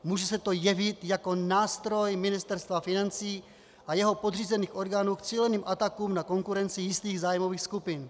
Může se to jevit jako nástroj Ministerstva financí a jeho podřízených orgánů k cíleným atakům na konkurenci jistých zájmových skupin.